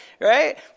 right